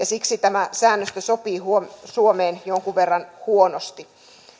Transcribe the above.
siksi tämä säännöstö sopii suomeen jonkun verran huonosti